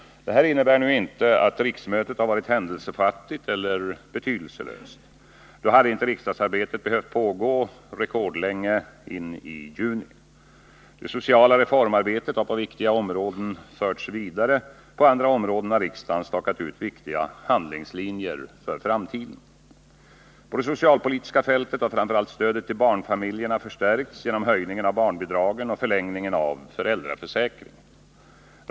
Detta innebär inte att riksmötet har varit händelsefattigt eller betydelselöst. Då hade inte riksdagsarbetet behövt pågå rekordlänge in i juni. Det sociala reformarbetet har på viktiga områden förts vidare. På andra områden har riksdagen stakat ut viktiga handlingslinjer för framtiden. På det socialpolitiska fältet har framför allt stödet till barnfamiljerna förstärkts genom höjningen av barnbidragen och förlängningen av föräldraförsäkringen.